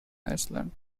iceland